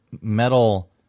metal